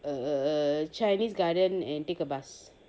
a chinese garden and take a bus